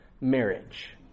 marriage